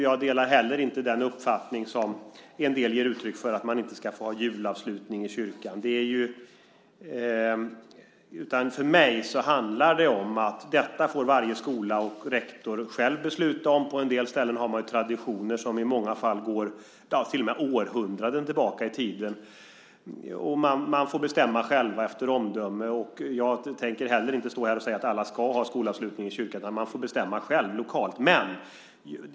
Jag delar inte heller den uppfattning som en del ger uttryck för om att man inte ska få ha julavslutning i kyrkan. För mig handlar det om att detta får varje skola och rektor själv besluta om. På en del ställen har man ju traditioner som i många fall går - ja, till och med århundraden tillbaka i tiden. Man får bestämma själv efter omdöme. Jag tänker inte heller stå här och säga att alla ska ha skolavslutning i kyrkan. Man får bestämma själv, lokalt.